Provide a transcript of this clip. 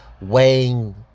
weighing